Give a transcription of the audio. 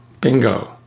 Bingo